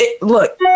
Look